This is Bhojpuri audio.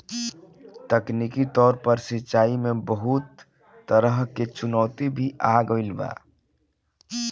तकनीकी तौर पर सिंचाई में बहुत तरह के चुनौती भी आ रहल बा